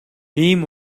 ийм